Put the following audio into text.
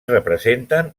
representen